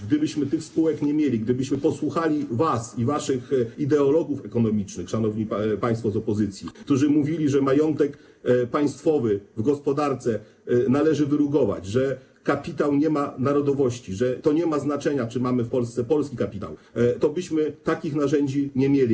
Gdybyśmy tych spółek nie mieli, gdybyśmy posłuchali was i waszych ideologów ekonomicznych, szanowni państwo z opozycji, którzy mówili, że majątek państwowy w gospodarce należy wyrugować, że kapitał nie ma narodowości, że to nie ma znaczenia, czy mamy w Polsce polski kapitał, tobyśmy takich narzędzi nie mieli.